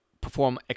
perform